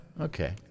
Okay